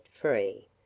free